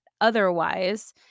otherwise